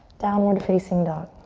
downward facing dog.